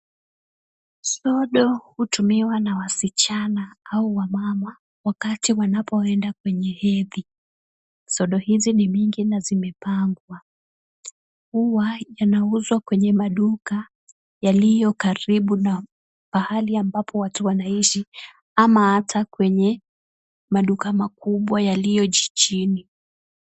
Sodo, hutumiwa na wasichana au wamama wakati wanapoenda kwenye hedhi. Sodo hizi ni mingi na zimepangwa. Huwa yana uzo kwenye maduka, yaliyo karibu na mahali ambapo watu wanaishi ama hata kwenye maduka makubwa yaliyo jijini.